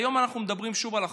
היום אנחנו מדברים שוב על החוק.